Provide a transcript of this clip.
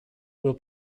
will